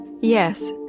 yes